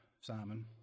Simon